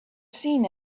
seen